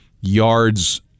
yards